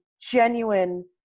genuine